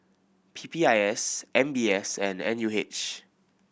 P P I S M B S and N U H